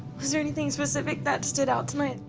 was there anything specific that stood out tonight?